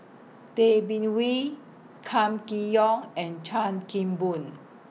Tay Bin Wee Kam Kee Yong and Chan Kim Boon